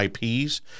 IPs